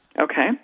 Okay